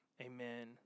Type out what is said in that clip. Amen